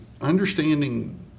understanding